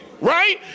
right